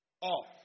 off